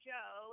Joe